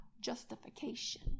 justification